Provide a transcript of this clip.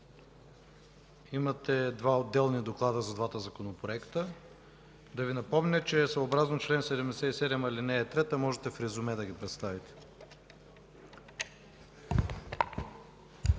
Имате два отделни доклада за двата законопроекта. Да Ви напомня, че съобразно чл. 77, ал. 3 можете да ги представите